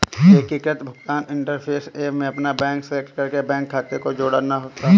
एकीकृत भुगतान interface app में अपना बैंक सेलेक्ट करके बैंक खाते को जोड़ना होता है